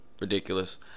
ridiculous